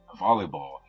volleyball